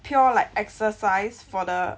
pure like exercise for the